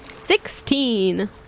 Sixteen